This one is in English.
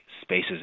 spaces